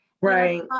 Right